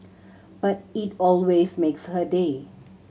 but it always makes her day